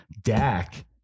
Dak